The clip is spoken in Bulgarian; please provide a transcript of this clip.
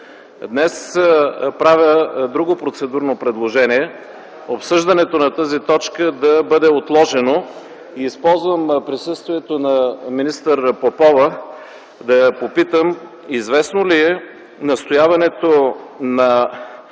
Днес правя друго процедурно предложение – обсъждането на тази точка да бъде отложено. Използвам присъствието на министър Попова, да я попитам известно ли е настояването на